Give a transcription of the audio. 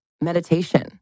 meditation